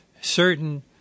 certain